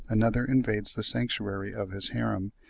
another invades the sanctuary of his harem,